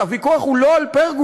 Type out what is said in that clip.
הוויכוח הוא לא על פרגולות,